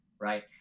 right